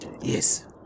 Yes